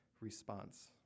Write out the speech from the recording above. response